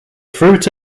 fruit